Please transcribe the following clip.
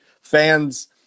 fans